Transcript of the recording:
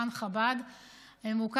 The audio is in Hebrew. למה?